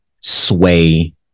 sway